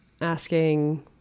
asking